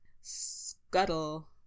Scuttle